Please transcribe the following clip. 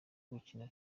gukina